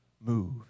move